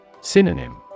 Synonym